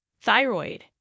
thyroid